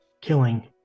Killing